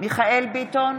מיכאל מרדכי ביטון,